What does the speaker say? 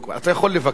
אתה יכול לבקר.